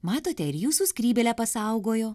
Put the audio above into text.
matote ir jūsų skrybėlę pasaugojo